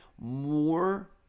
more